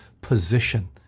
position